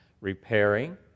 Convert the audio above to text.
repairing